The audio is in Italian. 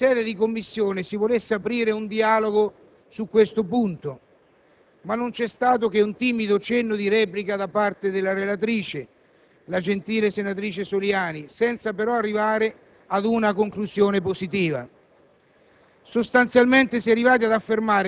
Ci era sembrato che in sede di Commissione si volesse aprire un dialogo sull'argomento, ma non vi è stato che un timido cenno di replica da parte della relatrice, la gentile senatrice Soliani, senza però arrivare ad alcuna conclusione positiva.